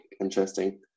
interesting